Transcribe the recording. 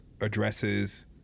addresses